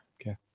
Okay